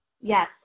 Yes